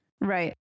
right